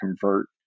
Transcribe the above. convert